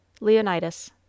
Leonidas